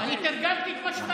אתה לא תגיד לי ברא.